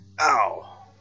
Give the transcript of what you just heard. Ow